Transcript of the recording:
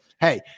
hey